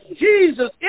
Jesus